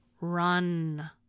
run